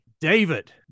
David